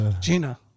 Gina